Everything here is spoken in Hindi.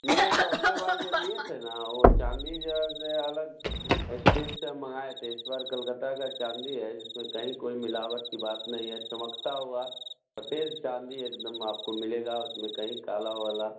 नहीं तो अगली बार जो लिए थे ना वह चाँदी जैसे अलग अस्टेट से मंगाए थे इस बार कलकत्ता का चाँदी है इसमें कहीं कोई मिलावट की बात नहीं है चमकता हुआ फ्रेश चाँदी है एकदम आपको मिलेगा उसमें कहीं काला वाला